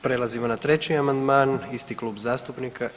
Prelazimo na treći amandman isti klub zastupnika.